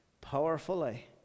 powerfully